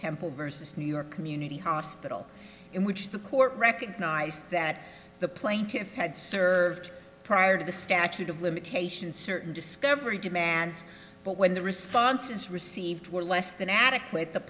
temple versus new york community hospital in which the court recognized that the plaintiffs had served prior to the statute of limitations certain discovery demands but when the responses received were less than ad